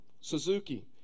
Suzuki